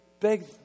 beg